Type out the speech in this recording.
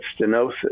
stenosis